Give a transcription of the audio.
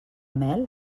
mel